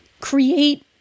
create